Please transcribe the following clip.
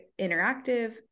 interactive